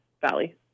valley